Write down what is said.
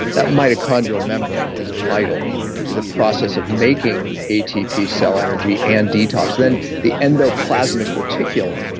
that mitochondrial membrane is vital to the process of making atp cell energy and detox. then the endoplasmic reticulum,